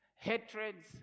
hatreds